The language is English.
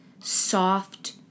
soft